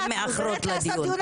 ואני אומר לך